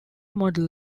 model